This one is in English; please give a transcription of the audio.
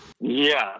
Yes